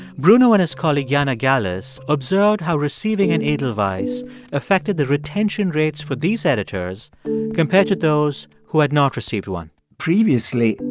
bruno and his colleague jana gallus observed how receiving an edelweiss affected the retention rates for these editors compared to those who had not received one previously,